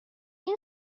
این